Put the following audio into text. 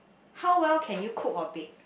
how well can you cook or bake